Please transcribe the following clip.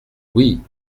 oui